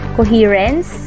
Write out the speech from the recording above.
coherence